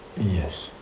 Yes